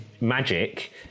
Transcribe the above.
magic